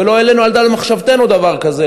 ולא העלינו על דל מחשבתנו דבר כזה,